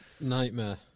Nightmare